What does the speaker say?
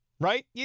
right